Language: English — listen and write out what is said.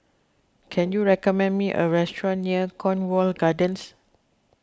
can you recommend me a restaurant near Cornwall Gardens